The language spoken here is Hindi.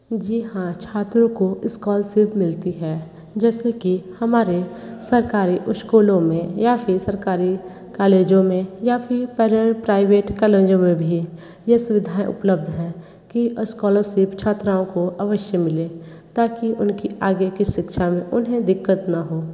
जी हाँ छात्रों को इस्कॉलरसिप मिलती है जैसे कि हमारे सरकारी इश्कूलों में या फिर सरकारी कालेजों में या फिर पेरेलल प्राइवेट कालेजों में भी ये सुविधाएँ उपलब्ध हैं कि इस्कॉलरसिप छात्राओं को अवश्य मिले ताकि उनकी आगे की शिक्षा में उन्हें दिक्कत ना हो